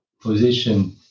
position